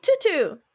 Tutu